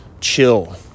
chill